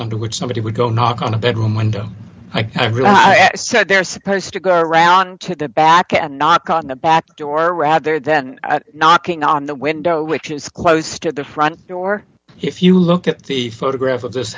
under which somebody would go knock on a bedroom window i really said they're supposed to go around to the back and knock on the back door rather than knocking on the window which is close to the front door if you look at the photograph of this